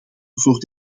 voor